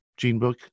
Genebook